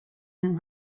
and